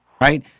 right